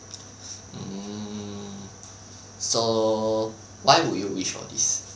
hmm so why would you wish for this